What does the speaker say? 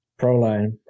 Proline